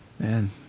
Man